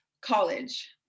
college